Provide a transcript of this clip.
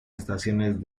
estaciones